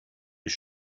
you